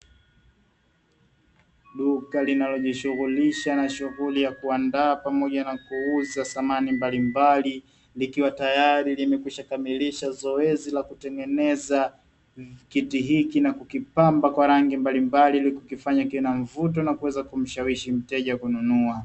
Duka linalojishughulisha na shughuli ya kuandaa pamoja na kuuza samani mbalimbali, likiwa tayari limekwisha kamilisha zoezi la kutengeneza kiti hiki na kukipamba kwa rangi mbalimbali ili kukifanya kiwe na mvuto nakuweza kumshawishi mteja kununua.